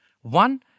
One